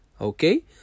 okay